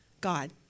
God